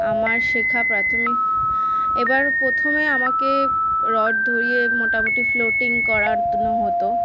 আমার শেখা প্রাথমিক এবার প্রথমে আমাকে রড ধরিয়ে মোটামুটি ফ্লোটিং করানো হতো